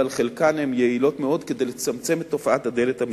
אבל חלקן הן יעילות מאוד כדי לצמצם את תופעת הדלת המסתובבת.